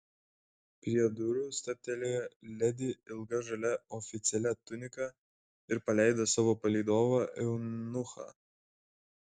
prie durų stabtelėjo ledi ilga žalia oficialia tunika ir paleido savo palydovą eunuchą